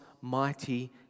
mighty